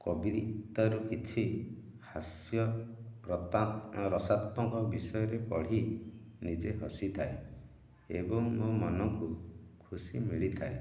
କବିତାରୁ କିଛି ହାସ୍ୟ ରସାତ୍ମକ ବିଷୟରେ ପଢ଼ି ନିଜେ ହସିଥାଏ ଏବଂ ମୋ' ମନକୁ ଖୁସି ମିଳିଥାଏ